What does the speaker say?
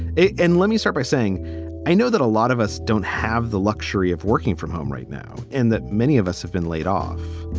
and let me start by saying i know that a lot of us don't have the luxury of working from home right now and that many of us have been laid off.